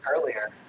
earlier